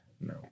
no